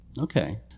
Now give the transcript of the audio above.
Okay